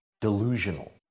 delusional